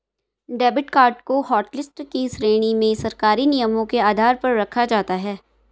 debit card को hotlist की श्रेणी में सरकारी नियमों के आधार पर रखा जाता है